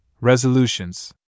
Resolutions